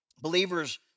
believers